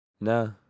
no